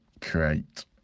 create